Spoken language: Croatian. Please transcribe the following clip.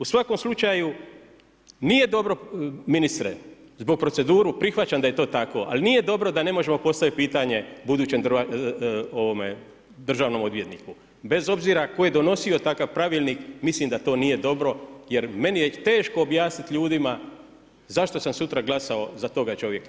U svakom slučaju, nije dobro ministre, zbog procedure, prihvaćam da je to tako, ali nije dobro da ne možemo postaviti pitanje budućem državnom odvjetniku bez obzira tko je donosio takav Pravilnik, mislim da to nije dobro jer meni je teško objasniti ljudima zašto sam sutra glasao za toga čovjeka.